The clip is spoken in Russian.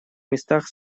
местах